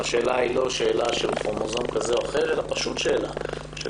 השאלה היא לא של כרומוזום כזה או אחר אלא פשוט שאלה של